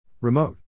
Remote